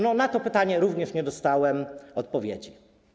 Na to pytanie również nie dostałem odpowiedzi.